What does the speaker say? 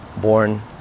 born